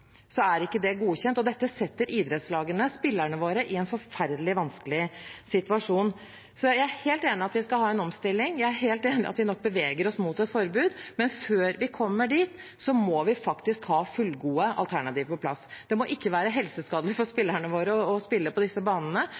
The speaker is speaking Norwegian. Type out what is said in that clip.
er ikke det godkjent, og dette setter idrettslagene og spillerne våre i en forferdelig vanskelig situasjon. Jeg er helt enig i at vi skal ha en omstilling, jeg er helt enig i at vi nok beveger oss mot et forbud, men før vi kommer dit, må vi faktisk ha fullgode alternativer på plass. Det må ikke være helseskadelig for spillerne våre å spille på disse banene,